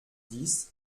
dix